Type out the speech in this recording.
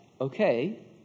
okay